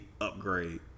upgrade